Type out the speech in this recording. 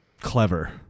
clever